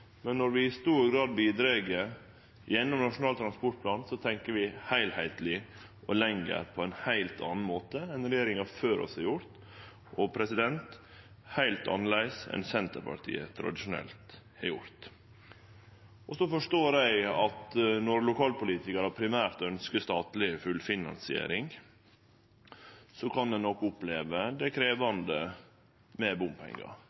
men når vi i stor grad bidreg gjennom Nasjonal transportplan, tenkjer vi heilskapleg og lenger på ein heilt annan måte enn regjeringa før oss har gjort, og heilt annleis enn Senterpartiet tradisjonelt har gjort. Eg forstår at når lokalpolitikarar primært ønskjer statleg fullfinansiering, kan dei nok oppleve det krevjande med bompengar.